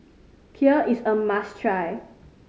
kheer is a must try